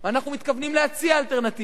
אנחנו מתכוונים להציע אלטרנטיבה.